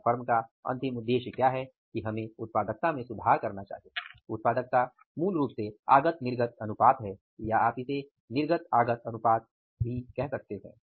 और फर्म का अंतिम उद्देश्य क्या है कि हमें उत्पादकता में सुधार करना चाहिए उत्पादकता मूल रूप से आगत निर्गत अनुपात है या आप इसे निर्गत आगत अनुपात कह सकते हैं